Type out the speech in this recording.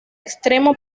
extremo